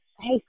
hey